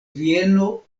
vieno